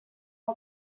del